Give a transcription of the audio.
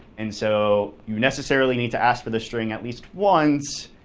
and so you, necessarily, need to ask for the string at least once.